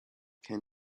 can